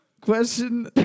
Question